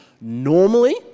normally